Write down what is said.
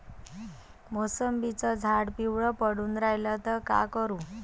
मोसंबीचं झाड पिवळं पडून रायलं त का करू?